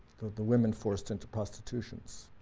the women forced into prostitutions.